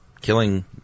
killing